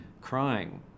crying